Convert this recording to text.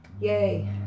Yay